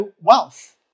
wealth